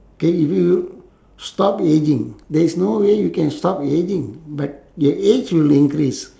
can you stop ageing there is no way you can stop ageing but the age will increase